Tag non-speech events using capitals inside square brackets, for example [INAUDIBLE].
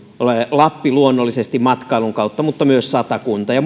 lappi luonnollisesti matkailun kautta mutta myös satakunta ja [UNINTELLIGIBLE]